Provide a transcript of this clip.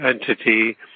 entity